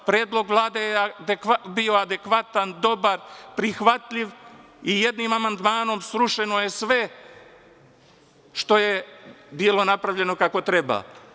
Predlog Vlade je bio adekvatan, dobar, prihvatljiv i jednim amandmanom srušeno je sve što je bilo napravljeno kako treba.